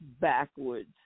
backwards